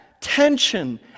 Tension